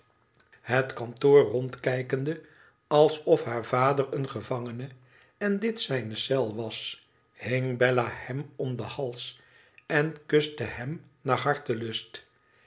het kantoor rondkijkende alsof haar vader een gevangene en dit zijne cel was hing bella hem om den hals en kuste hem naar hartelust